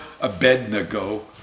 Abednego